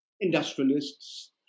industrialists